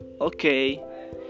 okay